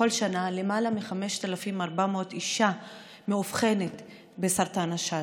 בכל שנה למעלה מ-5,400 נשים מאובחנות בסרטן השד.